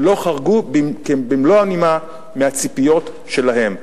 ולא חרגו במלוא הנימה מהציפיות שלהם.